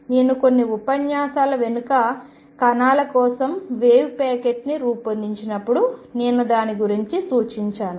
నేను కొన్ని ఉపన్యాసాల వెనుక కణాల కోసం వేవ్ ప్యాకెట్ను రూపొందించినప్పుడు నేను దాని గురించి సూచించాను